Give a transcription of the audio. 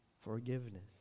Forgiveness